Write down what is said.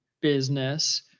business